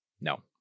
No